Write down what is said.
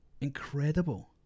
incredible